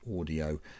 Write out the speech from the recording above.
audio